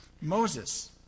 Moses